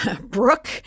Brooke